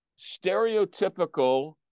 stereotypical